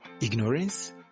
ignorance